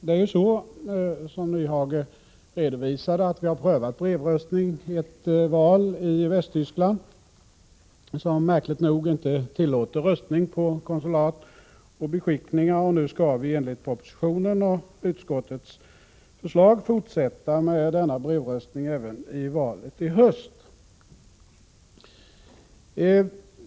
Det är ju så, som Nyhage redovisade, att brevröstning i ett val har prövats i Västtyskland, som märkligt nog inte tillåter röstning på konsulat och beskickningar. Nu skall vi enligt propositionens och utskottets förslag fortsätta med denna brevröstning även i valet i höst.